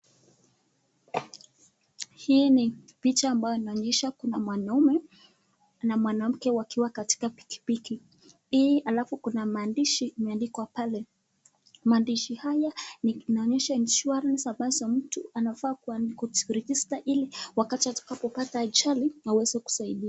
Hii picha inayoonyesha Kuna mwanaume na mwanamke wakiwa katika bikibiki hii alafu kuna mandishi imeandikwa pale mandizi haya inaonyesha insurance anapasa mtu nafaa [ cs] kujiregistar hili wakati atakapo pata ajali aweze kusaidia.